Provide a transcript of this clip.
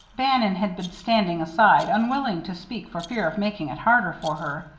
bannon had been standing aside, unwilling to speak for fear of making it harder for her.